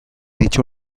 dicha